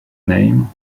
name